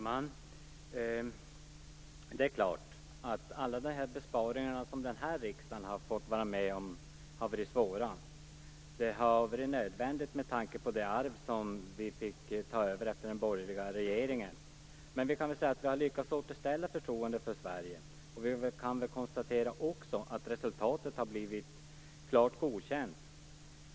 Fru talman! Det är klart att alla de besparingar som den här riksdagen har fått vara med om har blivit svåra. Det har varit nödvändigt att göra dem med tanke på det arv som vi fick ta över efter den borgerliga regeringen, men vi har lyckats återställa förtroendet för Sverige, och vi kan också konstatera att resultatet har blivit klart godkänt.